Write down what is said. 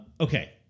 Okay